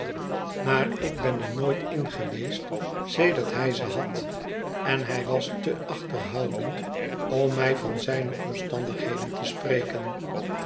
maar ik ben er nooit in geweest sedert hij ze had en hij was te achterhoudend om mij van zijne omstandigheden te spreken